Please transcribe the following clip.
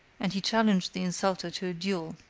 and he challenged the insulter to a duel.